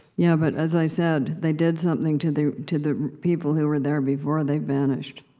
yeah, but as i said, they did something to the to the people who were there before they vanished.